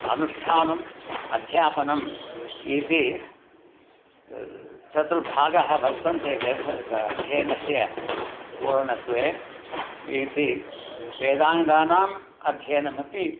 अनुष्ठानम् अध्यापनम् इति चतुर्भागः वर्तन्ते वेदः क अध्ययनस्य पूर्णत्वे इति वेदाङ्गानाम् अध्ययनमपि